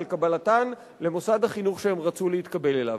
קבלתן למוסד החינוך שהן רצו להתקבל אליו,